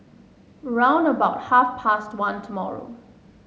round about half past one tomorrow